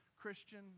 Christian